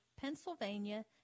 Pennsylvania